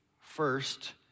first